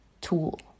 tool